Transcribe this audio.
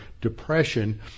depression